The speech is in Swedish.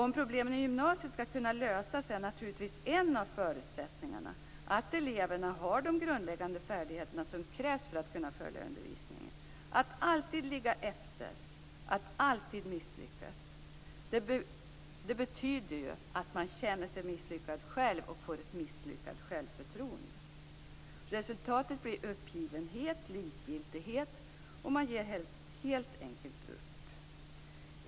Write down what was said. Om problemen i gymnasiet skall kunna lösas är naturligtvis en av förutsättningarna att eleverna har de grundläggande färdigheter som krävs för att kunna följa undervisningen. Att alltid ligga efter, att alltid misslyckas betyder ju att man känner sig misslyckad själv och får ett dåligt självförtroende. Resultatet blir uppgivenhet, likgiltighet och man ger helt enkelt upp.